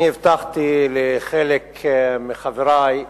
אני הבטחתי לחלק מחברי,